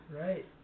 Right